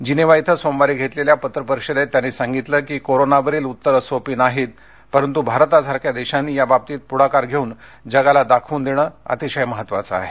Geneva इथं सोमवारी घेतलेल्या पत्र परिषदेत त्यांनी सांगितलं की कोरोनावरील उत्तरं सोपी नाहीत परंतू भारतासारख्या देशांनी या बाबतीत पुढाकार घेऊन जगाला दाखवून देणं अतिशय महत्वाचं आहे